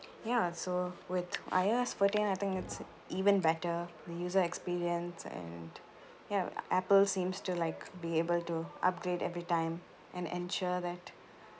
ya so with I_O_S fourteen I think it's even better the user experience and ya apple seems to like be able to upgrade every time and ensure that